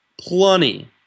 Plenty